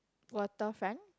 waterfront